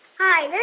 hi.